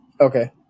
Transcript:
Okay